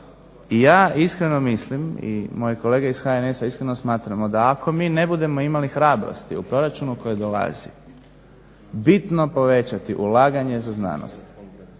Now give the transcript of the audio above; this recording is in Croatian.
i ja iskreno mislim i moje kolege iz HNS-a iskreno smatramo da ako mi ne budemo imali hrabrosti u proračunu koji dolazi bitno povećati ulaganje za znanost